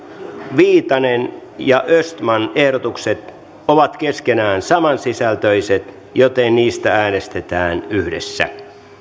viitanen ja östman ehdotukset ovat keskenään samansisältöiset joten niistä äänestetään yhdessä